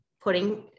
putting